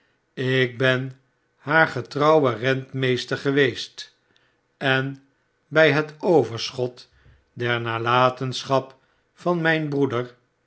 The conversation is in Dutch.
ik ben haar getrouwe rentmeester geweest en bij het overschot der nalatenschap van mijn broeder